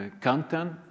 content